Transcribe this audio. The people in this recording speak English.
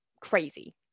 crazy